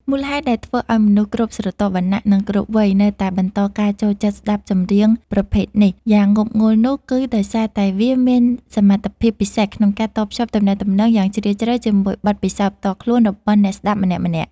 មូលហេតុដែលធ្វើឱ្យមនុស្សគ្រប់ស្រទាប់វណ្ណៈ និងគ្រប់វ័យ នៅតែបន្តការចូលចិត្តស្ដាប់ចម្រៀងប្រភេទ នេះ យ៉ាងងប់ងុលនោះ គឺដោយសារតែវាមានសមត្ថភាពពិសេសក្នុងការតភ្ជាប់ទំនាក់ទំនងយ៉ាងជ្រាលជ្រៅជាមួយបទពិសោធន៍ផ្ទាល់ខ្លួនរបស់អ្នកស្ដាប់ម្នាក់ៗ។